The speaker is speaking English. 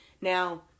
Now